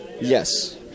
Yes